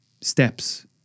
steps